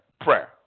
prayer